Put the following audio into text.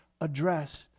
Addressed